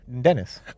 Dennis